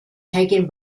taken